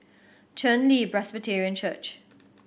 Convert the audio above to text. Chen Li Presbyterian Church